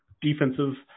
defensive